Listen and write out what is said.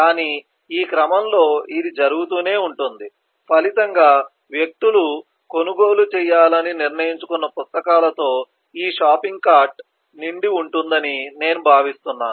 కానీ ఈ క్రమంలో ఇది జరుగుతూనే ఉంటుంది ఫలితంగా వ్యక్తులు కొనుగోలు చేయాలని నిర్ణయించుకున్న పుస్తకాలతో ఈ షాపింగ్ కార్ట్ నిండి ఉంటుందని నేను భావిస్తున్నాను